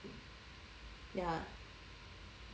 ya